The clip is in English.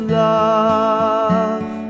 love